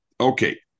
Okay